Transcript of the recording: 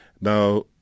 Now